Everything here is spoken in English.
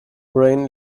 brain